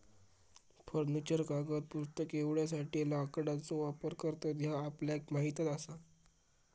furniture, कागद, पुस्तके एवढ्यासाठी लाकडाचो वापर करतत ह्या आपल्याक माहीतच आसा